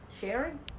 Sharing